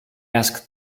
asked